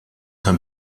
d’un